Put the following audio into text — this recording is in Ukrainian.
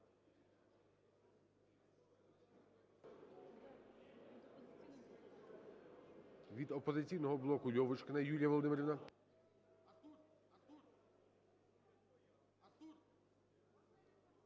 Від "Опозиційного блоку" Льовочкіна Юлія Володимирівна.